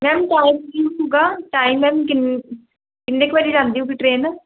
ma'am time ਕੀ ਹੋਊਗਾ time ma'am ਕਿਨ ਕਿੰਨੇ ਕੁ ਵਜੇ ਜਾਂਦੀ ਹੋਊਗੀ ਟਰੇਨ